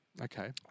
Okay